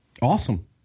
awesome